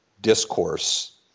discourse